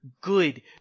good